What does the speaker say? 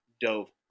dove